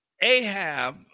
Ahab